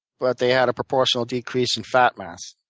but they had a proportional decrease in fat mass.